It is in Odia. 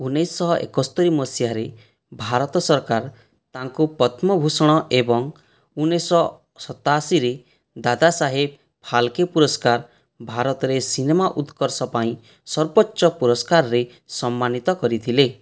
ଉଣେଇଶ ଏକସ୍ତରୀ ମସିହାରେ ଭାରତ ସରକାର ତାଙ୍କୁ ପଦ୍ମଭୂଷଣ ଏବଂ ଉଣେଇଶ ସତାଅଶିରେ ଦାଦାସାହେବ ଫାଲକେ ପୁରସ୍କାର ଭାରତରେ ସିନେମା ଉତ୍କର୍ଷ ପାଇଁ ସର୍ବୋଚ୍ଚ ପୁରସ୍କାରରେ ସମ୍ମାନିତ କରିଥିଲେ